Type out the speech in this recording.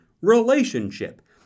relationship